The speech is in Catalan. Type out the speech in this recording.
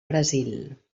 brasil